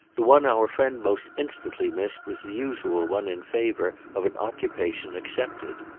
the one our friend most instantly missed was the usual one in favour of an occupation accepted.